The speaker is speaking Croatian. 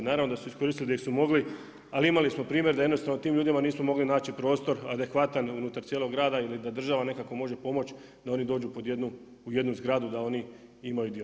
Naravno da su iskoristili gdje su mogli, ali imali smo primjer da jednostavno tim ljudima nismo mogli naći prostor adekvatan unutar cijelog grada ili da država nekako može pomoći, da oni dođu u jednu zgradu, da oni imaju dio.